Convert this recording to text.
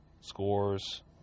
scores